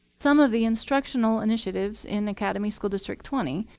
some of the instructional initiatives in academy school district twenty,